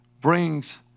brings